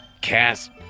cast